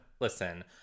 listen